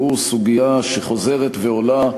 והוא סוגיה שחוזרת ועולה,